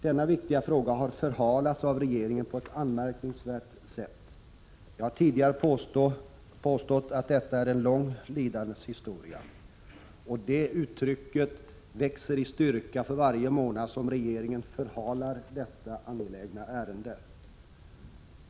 Denna viktiga fråga har förhalats av regeringen på ett anmärkningsvärt sätt. Jag har tidigare påstått att detta är en lång lidandets historia. Det uttrycket växer i styrka för varje månad som regeringen förhalar detta angelägna ärende.